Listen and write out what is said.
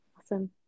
Awesome